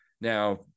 Now